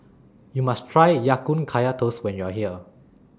YOU must Try Ya Kun Kaya Toast when YOU Are here